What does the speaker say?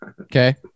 Okay